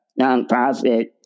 nonprofit